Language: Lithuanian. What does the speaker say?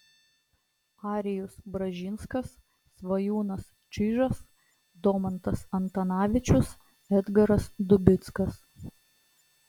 arijus bražinskas svajūnas čyžas domantas antanavičius edgaras dubickas